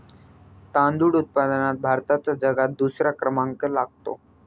तांदूळ उत्पादनात भारताचा जगात दुसरा क्रमांक लागतो